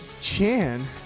Chan